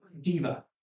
Diva